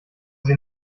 sie